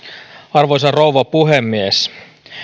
arvoisa rouva puhemies